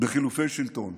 בחילופי שלטון.